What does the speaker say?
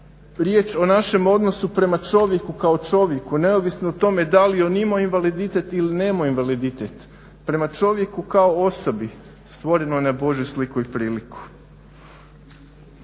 riječ o našem odnosu prema čovjeku kao čovjeku, neovisno o tome da li on imao invaliditet ili nemao invaliditet, prema čovjeku kao osobi stvorenoj na božju sliku i priliku.